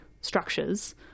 structures